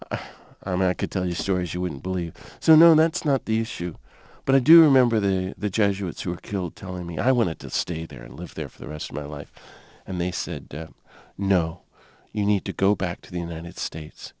america tell you stories you wouldn't believe so no that's not the issue but i do remember the jesuits who were killed telling me i wanted to stay there and live there for the rest of my life and they said no you need to go back to the united states